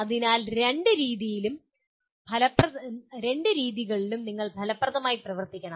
അതിനാൽ രണ്ട് രീതികളിലും നിങ്ങൾ ഫലപ്രദമായി പ്രവർത്തിക്കണം